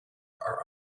are